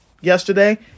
Yesterday